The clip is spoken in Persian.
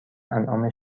انعام